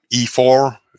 E4